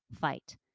fight